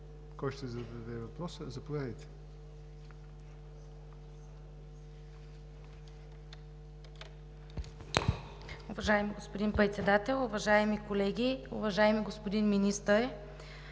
Кой ще зададе въпрос? Заповядайте.